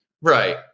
Right